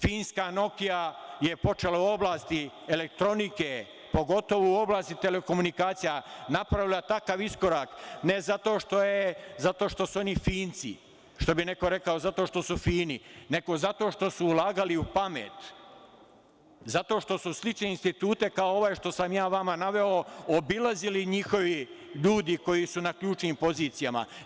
Finska "Nokija" je počela u oblasti elektronike, pogotovo u oblasti telekomunikacija, napravila takav iskorak ne zato što su oni Finci, što bi neko rekao - zato što su fini, nego zato što su ulagali u pamet, zato što su slične institute kao ovaj što sam ja vama naveo obilazili njihovi ljudi koji su na ključnim pozicijama.